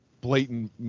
blatant